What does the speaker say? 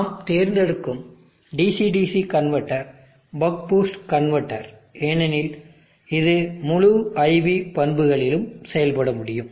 நாம் தேர்ந்தெடுக்கும் DC DC converter buck boost converter ஏனெனில் இது முழு IV பண்புகளிலும் செயல்பட முடியும்